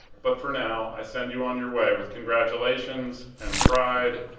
but for now, i send you on your way with congratulations, and pride,